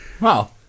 Wow